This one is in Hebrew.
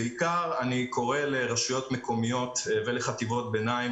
בעיקר אני קורא לרשויות מקומיות ולחטיבות ביניים,